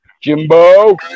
Jimbo